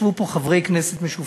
ישבו פה חברי כנסת משופשפים,